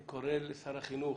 אני קורא לשר החינוך